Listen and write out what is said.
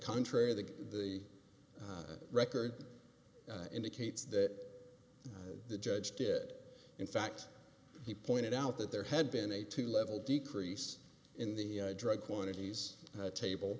contrary the record indicates that the judge did in fact he pointed out that there had been a two level decrease in the drug quantities table